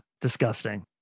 Disgusting